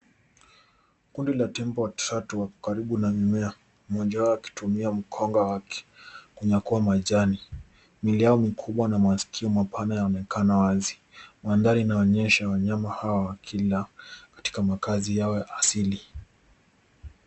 Kundi la tembo watatu wako karibu na mimea mmoja wao akitumia mkonga wake kunyakua majani. Miili yao mikubwa na masikio mapana yanaonekana wazi. Mandhari inaonyesha wanyama hawa wakila katika makazi yao ya asili.